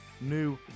new